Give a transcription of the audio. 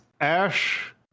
Ash